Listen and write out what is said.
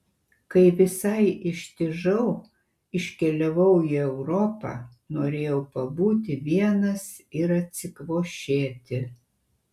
kai visai ištižau iškeliavau į europą norėjau pabūti vienas ir atsikvošėti